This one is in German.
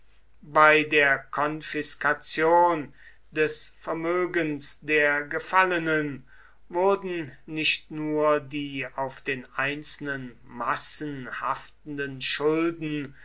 bei der konfiskation des vermögens der gefallenen wurden nicht nur die auf den einzelnen massen haftenden schulden